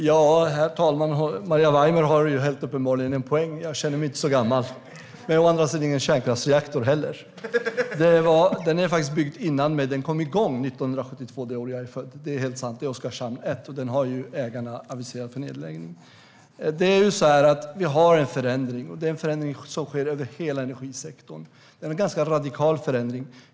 Herr talman! Maria Weimer har uppenbarligen en poäng. Jag känner mig inte så gammal, men jag är å andra sidan ingen kärnkraftsreaktor heller. Reaktorn byggdes faktiskt innan jag föddes. Den kom igång 1972, det år jag är född. Det är helt sant. Det är Oskarshamn 1, och där har ägarna aviserat nedläggning. Vi har en förändring. Det är en förändring som sker över hela energisektorn. Det är en ganska radikal förändring.